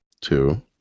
two